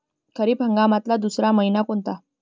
खरीप हंगामातला दुसरा मइना कोनता?